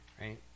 right